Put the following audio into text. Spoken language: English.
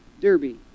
Derby